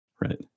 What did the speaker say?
Right